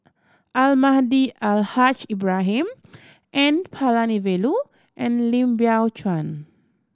Almahdi Al Haj Ibrahim N Palanivelu and Lim Biow Chuan